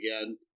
again